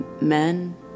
men